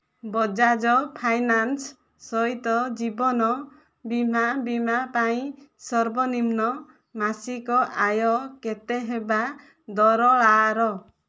Bajaj finance ସହିତ ଜୀବନ ବୀମା ବୀମା ପାଇଁ ସର୍ବନିମ୍ନ ମାସିକ ଆୟ କେତେ ହେବା ଦରଆର